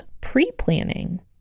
pre-planning